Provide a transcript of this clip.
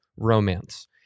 romance